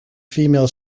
female